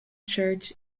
church